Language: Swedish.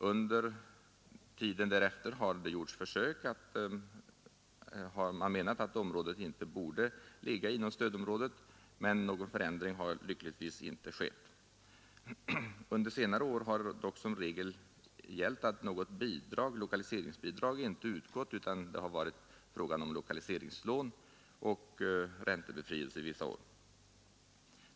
Under tiden därefter har man menat att orten inte borde ligga inom stödområdet, men lyckligtvis har någon ändring där inte skett. Under senare år har dock som regel något lokaliseringsbidrag inte utgått utan endast lokaliseringslån och räntebefrielse vissa år.